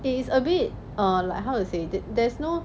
it is a bit err like how to say there there's no